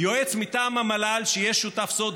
יועץ מטעם המל"ל שיהיה שותף סוד,